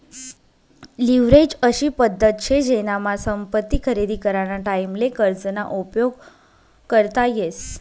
leverage अशी पद्धत शे जेनामा संपत्ती खरेदी कराना टाईमले कर्ज ना उपयोग करता येस